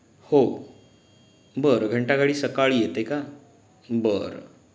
हो बरं घंटागाडी सकाळी येते का बरं